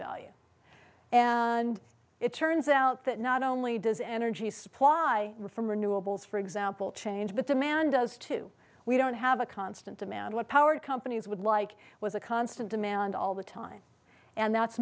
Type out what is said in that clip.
value and it turns out that not only does energy supply from renewables for example change but the man does too we don't have a constant demand what power companies would like was a constant demand all the time and that's